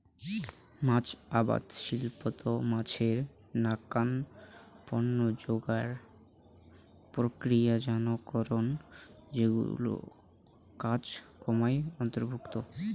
মাছ আবাদ শিল্পত মাছের নাকান পণ্য যোগার, প্রক্রিয়াজাতকরণ যেকুনো কাজ কামাই অন্তর্ভুক্ত